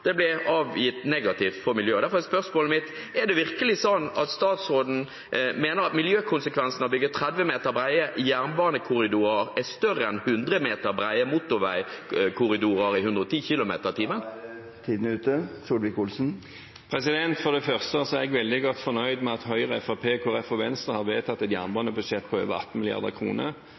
negativt for miljøet. Derfor er spørsmålet mitt: Er det virkelig slik at statsråden mener at miljøkonsekvensene av å bygge 30 meter brede jernbanekorridorer er større enn av å bygge 100 meter brede motorveikorridorer for 110 km/t? For det første er jeg veldig godt fornøyd med at Høyre, Fremskrittspartiet, Kristelig Folkeparti og Venstre har vedtatt et jernbanebudsjett på over 18